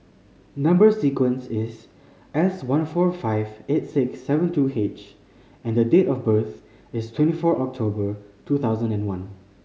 number sequence is S one four five eight six seven two H and the date of birth is twenty four October two thousand and one